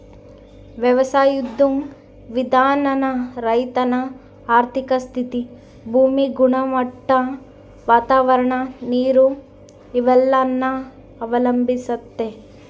ವ್ಯವಸಾಯುದ್ ವಿಧಾನಾನ ರೈತನ ಆರ್ಥಿಕ ಸ್ಥಿತಿ, ಭೂಮಿ ಗುಣಮಟ್ಟ, ವಾತಾವರಣ, ನೀರು ಇವೆಲ್ಲನ ಅವಲಂಬಿಸ್ತತೆ